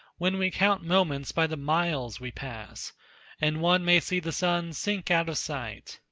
when we count moments by the miles we pass and one may see the sun sink out of sight.